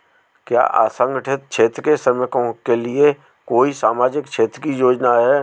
क्या असंगठित क्षेत्र के श्रमिकों के लिए कोई सामाजिक क्षेत्र की योजना है?